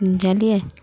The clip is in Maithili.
बुझलिये